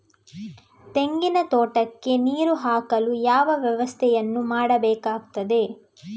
ತೆಂಗಿನ ತೋಟಕ್ಕೆ ನೀರು ಹಾಕಲು ಯಾವ ವ್ಯವಸ್ಥೆಯನ್ನು ಮಾಡಬೇಕಾಗ್ತದೆ?